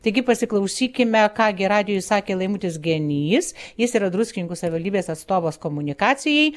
taigi pasiklausykime ką gi radijui sakė laimutis genys jis yra druskininkų savivaldybės atstovas komunikacijai